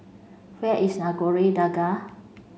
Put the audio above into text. where is Nagore Dargah